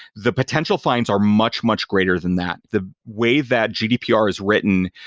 the potential fines are much, much greater than that. the way that gdpr is written,